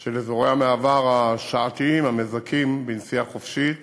של אזורי המעבר השעתיים המזכים בנסיעה חופשית